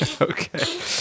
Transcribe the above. Okay